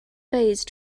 phase